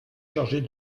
chargée